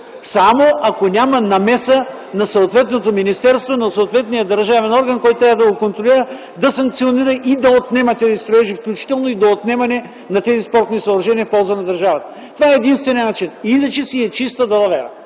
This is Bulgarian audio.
Само, ако няма намеса на съответното министерство, на съответния държавен орган, който трябва да го контролира, да санкционира и да отнема тези строежи, включително и до отнемане на тези спортни съоръжения в полза на държавата. Това е единственият начин. Иначе си е чиста далавера!